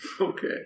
Okay